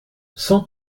cent